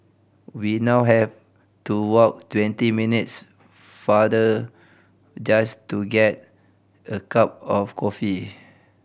we now have to walk twenty minutes farther just to get a cup of coffee